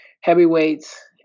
Heavyweights